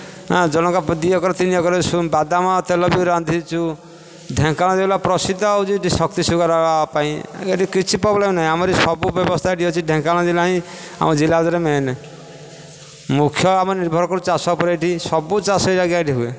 ଜଣକା ଦୁଇ ଏକର ତିନି ଏକର ବାଦାମ ତେଲ ବି ରାନ୍ଧିଛୁ ଢେଙ୍କାନାଳ ଜିଲ୍ଲା ପ୍ରସିଦ୍ଧ ହେଉଛି ଶକ୍ତି ସୁଗର ପାଇଁ କିଛି ପ୍ରୋବ୍ଲେମ୍ ନାହିଁ ଆମର ଏଠି ସବୁ ବ୍ୟବସ୍ଥା ଅଛି ଢେ଼ଙ୍କନାଳ ଜିଲ୍ଲା ହିଁ ଆମ ଜିଲ୍ଲା ଭିତରେ ମେନ୍ ମୁଖ୍ୟ ଆମର ନିର୍ଭର କରୁଛି ଚାଷ ଉପରେ ଏଇଠି ସବୁ ଚାଷ ଆଜ୍ଞା ଏଇଠି ହୁଏ